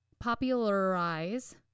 popularize